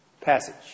passage